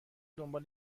دنبال